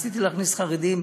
ניסיתי להכניס חרדים,